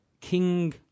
King